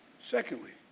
secondly,